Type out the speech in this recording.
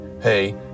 hey